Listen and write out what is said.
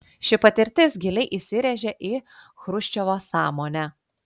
ši patirtis giliai įsirėžė į chruščiovo sąmonę